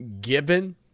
given